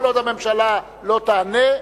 כל עוד הממשלה לא תענה,